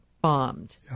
Bombed